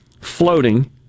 floating